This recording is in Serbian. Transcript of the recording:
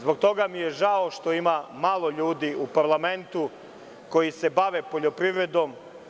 Zbog toga mi je žao što ima malo ljudi u parlamentu koji se bave poljoprivredom.